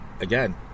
again